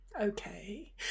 Okay